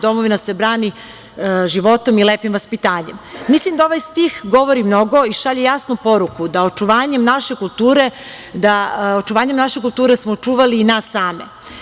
Domovina se brani životom i lepim vaspitanjem.“ Mislim da ovaj stih govori mnogo i šalje jasnu poruku da očuvanjem naše kulture smo očuvali i nas same.